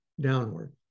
downward